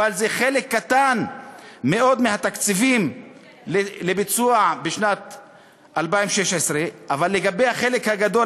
אבל זה חלק קטן מאוד מהתקציבים לביצוע בשנת 2016. לגבי החלק הגדול,